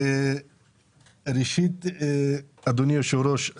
אדוני היושב-ראש,